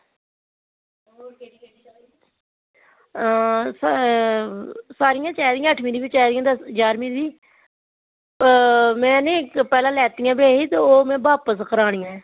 हां सारियां चाहिदयां अठमीं बी चाहदियां दसमी बी जारमी बी में इक पहले लैतियां ते ऐ ही दो में बापस करानी ना